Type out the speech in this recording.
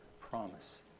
promise